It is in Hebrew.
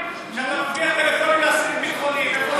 כשאתה מבריח טלפונים לאסירים ביטחוניים,